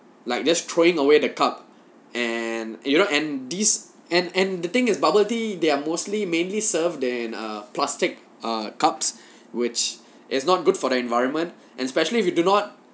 like just throwing away the cup and you know and this and and the thing is bubble tea they are mostly mainly served in a plastic uh cups which is not good for the environment especially if you do not